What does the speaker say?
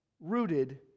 rooted